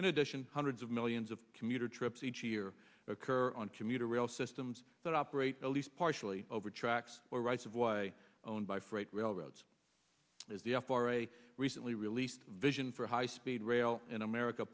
in addition hundreds of millions of commuter trips each year occur on commuter rail systems that operate at least partially over tracks or rights of way owned by freight railroads as the f r a recently released vision for high speed rail in america